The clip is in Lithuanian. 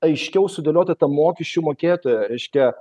aiškiau sudėliota ta mokesčių mokėtojo reiškia